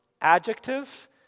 adjective